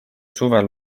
suvel